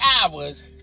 hours